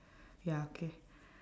ya okay